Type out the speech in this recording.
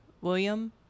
William